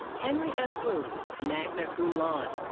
henry s. wu, magna cum laude.